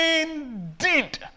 indeed